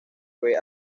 fue